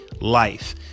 life